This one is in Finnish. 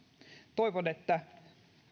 toivon että